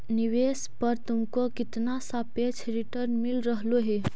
निवेश पर तुमको कितना सापेक्ष रिटर्न मिल रहलो हे